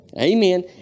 Amen